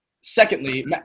Secondly